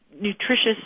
nutritious